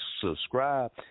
subscribe